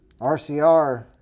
RCR